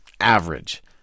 average